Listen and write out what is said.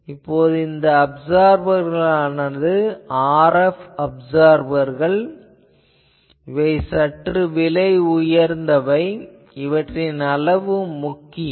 இப்போது இந்த அப்சார்பர்களானது RF அப்சார்பர்கள் - இவை சற்று விலை உயர்ந்தவை இவற்றின் அளவும் முக்கியம்